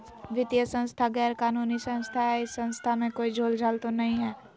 वित्तीय संस्था गैर कानूनी संस्था है इस संस्था में कोई झोलझाल तो नहीं है?